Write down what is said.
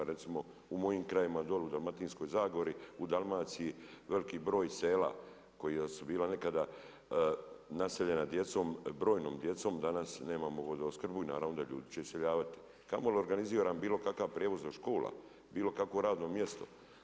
Recimo u mojim krajevima dolje u Dalmatinskoj zagori u Dalmaciji veliki broj sela koja su bila nekada naseljena djecom, brojnom djecom danas nemamo vodoopskrbu i naravno da će ljudi iseljavati, a kamoli organiziran bilo kakav prijevoz do škola, bilo kakvo radno mjesto.